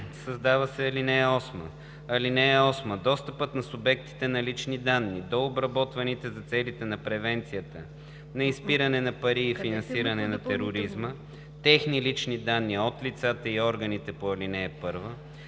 Създава се ал. 8: „(8) Достъпът на субектите на лични данни до обработваните за целите на превенцията на изпиране на пари и финансиране на тероризма техни лични данни от лицата и органите по ал. 1